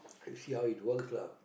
and see how it works lah